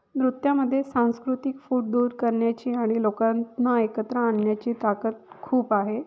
नृत्यामध्ये सांस्कृतिक फूट दूर करण्याची आणि लोकांना एकत्र आणण्याची ताकत खूप आहे